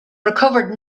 recovered